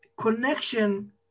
connection